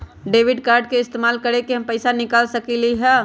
Debit card के इस्तेमाल करके हम पैईसा कईसे निकाल सकलि ह?